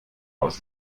aus